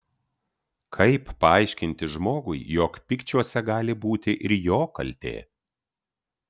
kaip paaiškinti žmogui jog pykčiuose gali būti ir jo kaltė